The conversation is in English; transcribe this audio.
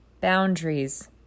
Boundaries